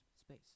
space